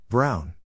Brown